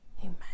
Amen